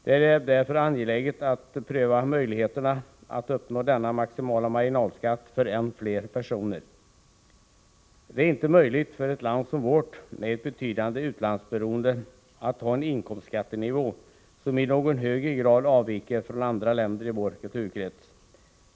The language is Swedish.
Det är därför angeläget att pröva möjligheterna att uppnå denna maximala marginalskatt för än fler personer. Det är inte möjligt för ett land som vårt med ett betydande utlandsberoende att ha en inkomstskattenivå som i någon högre grad avviker från den i andra länder i vår kulturkrets.